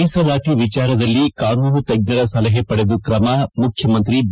ಮೀಸಲಾತಿ ವಿಚಾರದಲ್ಲಿ ಕಾನೂನು ತಜ್ವರ ಸಲಹೆ ಪಡೆದು ತ್ರಮ ಮುಖ್ವಮಂತ್ರಿ ಬಿ